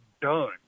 done